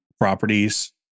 properties